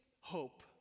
hope